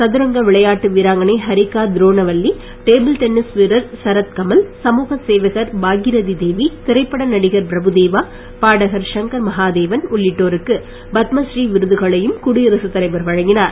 சதுரங்க விளையாட்டு வீராங்கனை ஹரிகா துரோணவல்லி டேபிள் டென்னிஸ் வீரர் சரத்கமல் சமூக சேவகர் பாகீரதி தேவி திரைப்பட நடிகர் பிரபுதேவா இசை அமைப்பாளர் சங்கர் மகாதேவன் உள்ளிட்டோருக்கு பத்மஸ்ரீ விருதுகளையும் குடியரசுத் தலைவர் வழங்கினார்